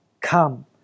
come